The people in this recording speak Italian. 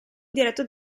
diretto